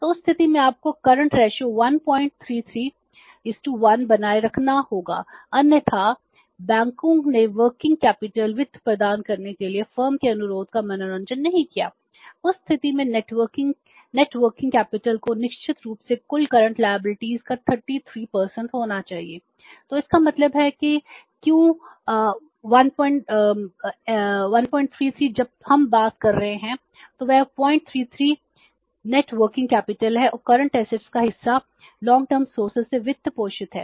तो उस स्थिति में आपको करंट रेशों से वित्त पोषित है